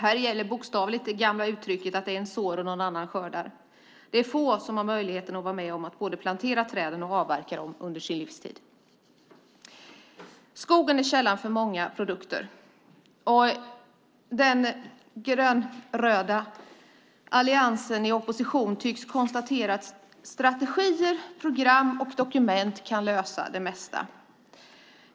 Här gäller bokstavligt det gamla uttrycket att en sår och någon annan skördar. Det är få som har möjligheten att vara med om att både plantera träd och avverka dem under sin livstid. Skogen är källan för många produkter. Den rödgröna alliansen i opposition tycks konstatera att strategier, program och dokument kan lösa det mesta.